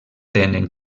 tenen